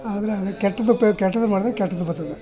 ಆದರೆ ಅದು ಕೆಟ್ಟದಕ್ಕೆ ಉಪ ಕೆಟ್ಟದು ಮಾಡಿದರೆ ಕೆಟ್ಟದು ಬರ್ತದೆ